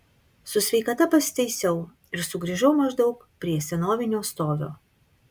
su sveikata pasitaisiau ir sugrįžau maždaug prie senovinio stovio